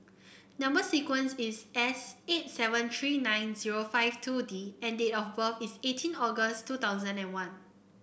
number sequence is S eight seven three nine zero five two D and date of birth is eighteen August two thousand and one